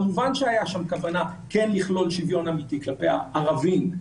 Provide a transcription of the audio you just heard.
כמובן שהייתה שם כוונה כן לכלול שוויון כלפי הערבים,